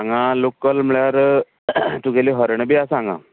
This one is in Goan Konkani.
हांगा लोकल म्हणळ्यार तुगेली हरणां बी आसा हांगा